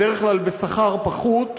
בדרך כלל בשכר פחוּת.